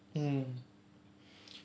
mm